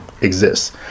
exists